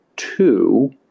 two